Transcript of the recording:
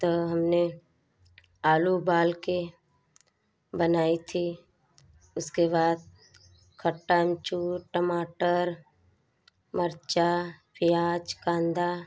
तो हमने आलू उबाल के बनाई थी उसके बाद खट्टा आमचूर टमाटर मर्चा प्याज कांदा